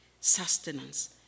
sustenance